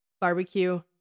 Barbecue